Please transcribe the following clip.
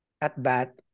at-bat